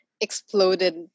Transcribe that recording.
exploded